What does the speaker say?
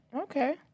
Okay